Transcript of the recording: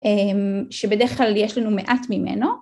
שבדרך כלל יש לנו מעט ממנו.